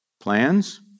plans